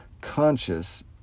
Conscious